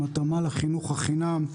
עם התאמה לחינוך חינם,